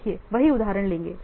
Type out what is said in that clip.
देखिए वही उदाहरण लेंगे